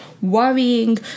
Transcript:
worrying